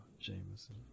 Jameson